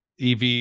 EV